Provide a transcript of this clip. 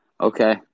Okay